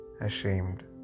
ashamed